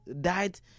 died